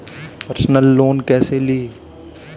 Personal loan कैसे ली?